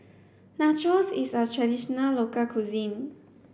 Nachos is a traditional local cuisine